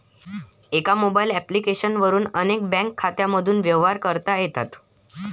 एका mobile application वरून अनेक बँक खात्यांमधून व्यवहार करता येतात